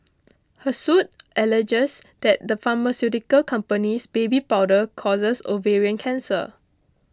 her suit alleges that the pharmaceutical company's baby powder causes ovarian cancer